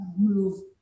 move